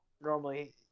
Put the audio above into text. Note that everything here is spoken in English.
normally